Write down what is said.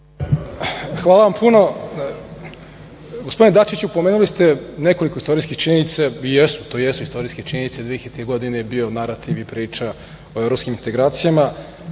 Hvala vam puno. Gospodine Dačiću pomenuli ste nekoliko istorijskih činjenica i jesu to jesu istorijske činjenice 2000-ih godina je bio narativ i priča o Evropskim integracijama